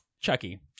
Chucky